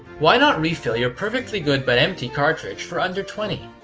why not refill your perfectly good but empty cartridge for under twenty?